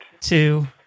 two